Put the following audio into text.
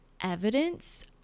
evidence